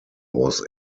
was